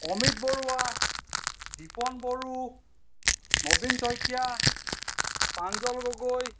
Amit Baruah Dipan Boro Nabin Saikia Panjal Gogoi